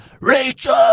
Rachel